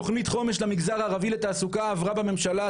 תכנית חומש למגזר הערבי לתעסוקה עברה בממשלה,